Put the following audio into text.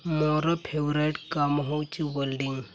ମୋର ଫେଭରାଇଟ୍ କାମ ହେଉଛି ୱେଲ୍ଡିଂ